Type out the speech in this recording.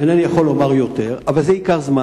אינני יכול לומר יותר, אבל זה ייקח זמן.